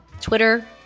Twitter